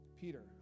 Peter